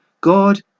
God